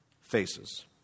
faces